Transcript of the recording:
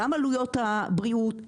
גם עלויות הבריאות,